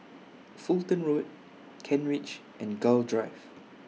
Fulton Road Kent Ridge and Gul Drive